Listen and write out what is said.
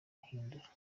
ihindura